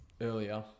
earlier